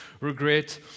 regret